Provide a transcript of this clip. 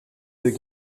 deux